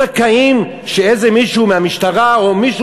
אנשים לא זכאים שאיזה מישהו מהמשטרה או מישהו